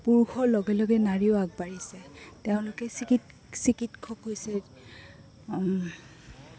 পুৰুষৰ লগে লগে নাৰীও আগবাঢ়িছে তেওঁলোকে চিকিৎসক হৈছে